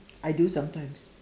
I do sometimes